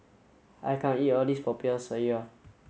I can't eat all of this Popiah Sayur